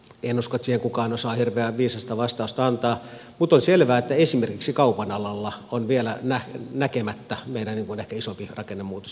en usko että siihen kukaan osaa hirveän viisasta vastausta antaa mutta on selvää että esimerkiksi kaupan alalla on vielä näkemättä meidän ehkä isompi rakennemuutos